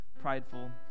prideful